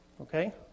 Okay